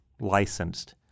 licensed